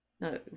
No